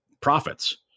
profits